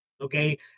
okay